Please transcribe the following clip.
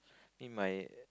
need my